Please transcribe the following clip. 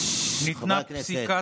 חברי הכנסת,